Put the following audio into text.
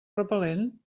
repel·lent